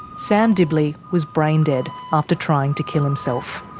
sam dibley was brain dead after trying to kill himself.